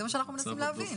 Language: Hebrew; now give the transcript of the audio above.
זה מה שאנחנו מנסים להבין.